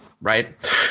right